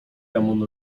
demon